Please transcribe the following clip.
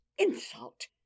Insult